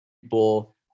people